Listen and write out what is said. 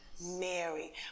Mary